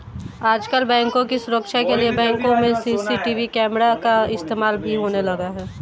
आजकल बैंकों की सुरक्षा के लिए बैंकों में सी.सी.टी.वी कैमरा का इस्तेमाल भी होने लगा है